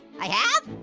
i have?